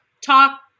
talk